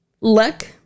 look